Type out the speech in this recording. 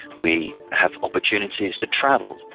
we have opportunities to travel,